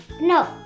No